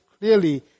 clearly